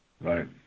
right